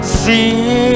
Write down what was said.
see